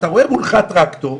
אתה רואה מולך טרקטור,